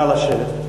נא לשבת.